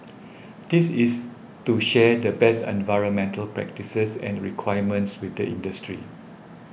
this is to share the best environmental practices and requirements with the industry